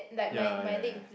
ya ya ya